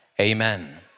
Amen